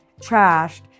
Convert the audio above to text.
trashed